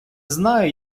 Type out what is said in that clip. знаю